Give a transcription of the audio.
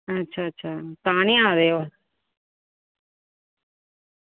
अच्छा अच्छा तां निं आये दे ओ